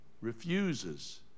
refuses